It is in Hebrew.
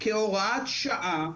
כהוראת שעה,